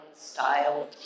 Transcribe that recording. style